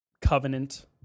Covenant